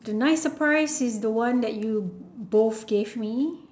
the nice surprise is the one that you both gave me